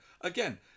again